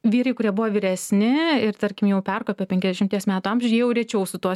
vyrai kurie buvo vyresni ir tarkim jau perkopė penkiasdešimties metų amžių jau rečiau su tuo